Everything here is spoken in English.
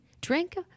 drink